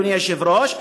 אדוני היושב-ראש,